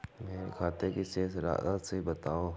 मेरे खाते की शेष राशि बताओ?